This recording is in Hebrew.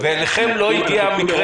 אליכם לא הגיע מקרה